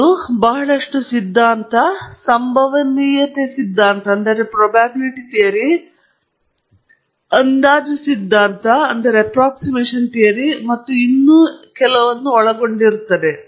ಇದು ಬಹಳಷ್ಟು ಸಿದ್ಧಾಂತ ಸಂಭವನೀಯತೆ ಸಿದ್ಧಾಂತ ಅಂದಾಜು ಸಿದ್ಧಾಂತ ಮತ್ತು ಇನ್ನೂ ಒಳಗೊಂಡಿರುತ್ತದೆ